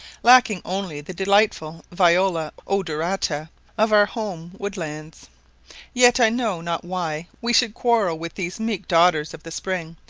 lacking only the delightful viola odorata of our home woodlands yet i know not why we should quarrel with these meek daughters of the spring,